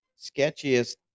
sketchiest